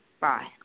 Bye